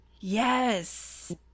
Yes